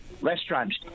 restaurant